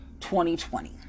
2020